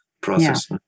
process